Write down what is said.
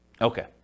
Okay